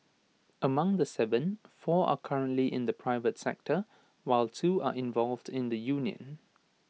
among the Seven four are currently in the private sector while two are involved in the union